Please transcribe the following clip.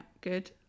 good